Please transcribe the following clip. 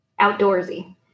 outdoorsy